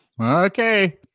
Okay